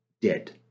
dead